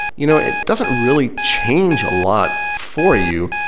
you know it doesn't really change a lot for you.